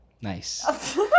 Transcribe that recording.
nice